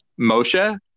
Moshe